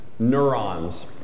Neurons